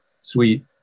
sweet